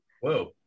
Whoa